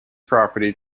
property